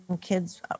kids